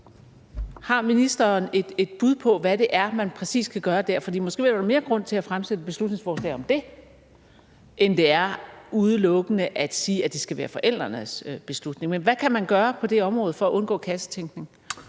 Har ministeren et bud på, hvad det er, man præcis kan gøre dér? For måske vil der være mere grund til at fremsætte et beslutningsforslag om det end udelukkende at sige, at det skal være forældrenes beslutning. Men hvad kan man gøre på det område for at undgå kassetænkning?